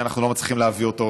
ואנחנו לא מצליחים להביא אותו,